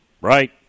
right